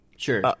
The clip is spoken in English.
Sure